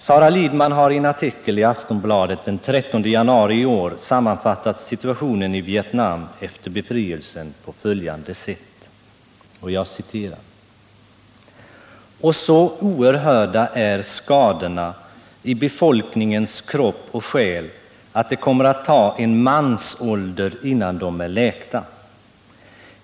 Sara Lidman har i en artikel i Aftonbladet den 13 januari i år sammanfattat situationen i Vietnam efter befrielsen på följande sätt: ”Och så oerhörda är skadorna i befolkningens kropp och själ att det kommer att ta en mansålder innan de är läkta.